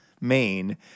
Maine